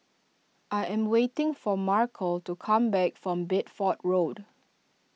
I am waiting for Markell to come back from Bedford Road